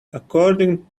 according